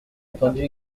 entendu